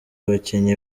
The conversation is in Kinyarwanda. abakinnyi